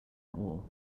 ore